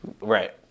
Right